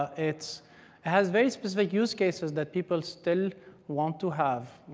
ah it has very specific use cases that people still want to have.